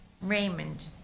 Raymond